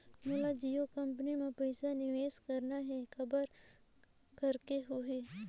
मोला जियो कंपनी मां पइसा निवेश करना हे, काबर करेके होही?